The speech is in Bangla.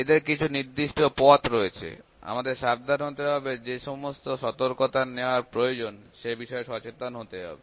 এদের কিছু নির্দিষ্ট পথ রয়েছে আমাদের সাবধান হতে হবে যে সমস্ত সতর্কতার নেওয়া প্রয়োজন সে বিষয়ে সচেতন হতে হবে